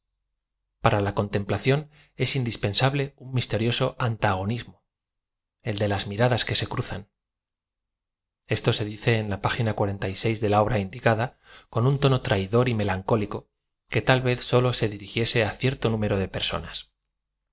ra la contemplación es indispensable un misterioso antagonumo ol de las mi radas que se cruzan esto se dice en la página de la obra indicada con un tono traidor y melancólico que ta l v e z sólo se dirigiese á cierto número de perso